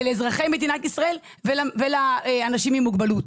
לאזרחי מדינת ישראל ולאנשים עם מוגבלות.